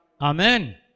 Amen